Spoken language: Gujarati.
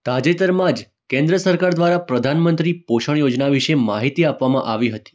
તાજેતરમાં જ કેન્દ્ર સરકાર દ્વારા પ્રધાનમંત્રી પોષણ યોજના વિશે માહિતી આપવામાં આવી હતી